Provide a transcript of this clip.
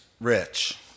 rich